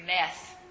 mess